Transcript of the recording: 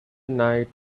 night